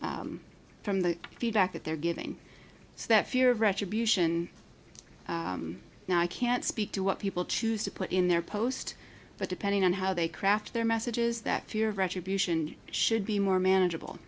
wishes from the feedback that they're giving so that fear of retribution now i can't speak to what people choose to put in their post but depending on how they craft their messages that fear of retribution should be more manageable